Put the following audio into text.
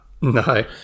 No